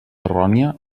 errònia